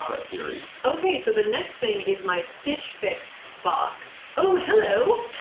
but theory. okay so the next thing is my stitch fix box. oh, hello!